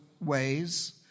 ways